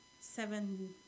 seven